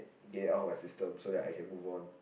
get it out of my system so I can move on